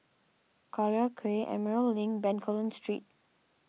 Collyer Quay Emerald Link Bencoolen Street